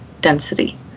density